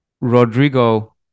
Rodrigo